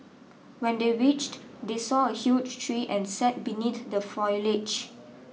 when they reached they saw a huge tree and sat beneath the foliage